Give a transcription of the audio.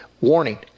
warning